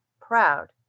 proud